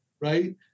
right